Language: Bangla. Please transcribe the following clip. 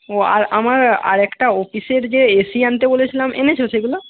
ও আর আমার আর একটা অফিসের যে এসি আনতে বলেছিলাম এনেছো সেগুলো